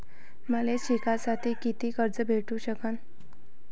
मले शिकासाठी कितीक कर्ज भेटू सकन?